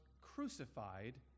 crucified